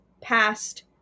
past